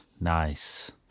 Nice